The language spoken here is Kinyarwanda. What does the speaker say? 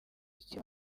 icyo